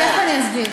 תכף אסביר.